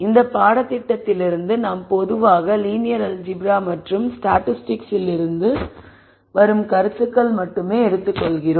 இந்த பாடத்திட்டத்திலிருந்து நாம் பொதுவாக லீனியர் அல்ஜீப்ரா மற்றும் ஸ்டாட்டிஸ்டிக்ஸ் இருந்து வரும் கருத்துக்கள் மட்டுமே எடுத்து கொள்கிறோம்